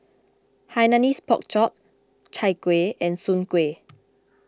Hainanese Pork Chop Chai Kuih and Soon Kueh